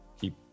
keep